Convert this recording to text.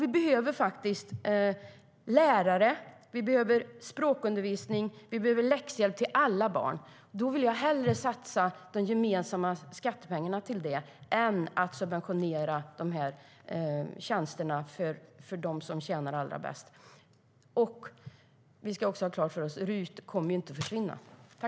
Vi behöver lärare, språkundervisning och läxhjälp till alla barn. Jag vill hellre satsa de gemensamma skattepengarna på det än på att subventionera de här tjänsterna för dem som tjänar allra bäst. Vi ska också ha klart för oss att RUT inte kommer att försvinna.